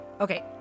Okay